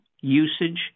usage